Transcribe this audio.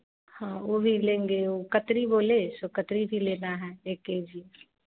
हाँ वह भी लेंगे वह कतरी बोले सो कतरी भी लेना है एक के जी